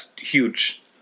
huge